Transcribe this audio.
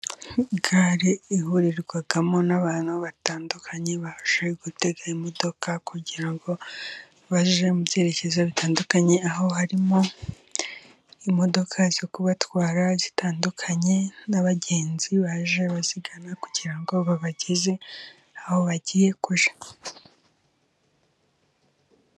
Gare ihurirwamo n'abantu batandukanye baje gutega imodoka kugira ngo bage mu byerekezo bitandukanye, aho harimo imodoka zo kubatwara zitandukanye n'abagenzi baje bazigana, kugira ngo babageze aho bagiye kujya.